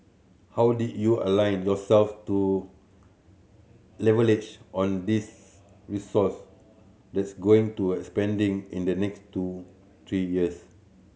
how do you align yourself to leverage on this resource that's going to a expanding in the next two three years